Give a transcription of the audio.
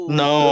no